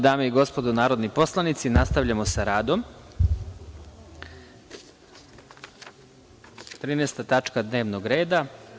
Dame i gospodo narodni poslanici, nastavljamo sa radom, 13. tačka dnevnog reda.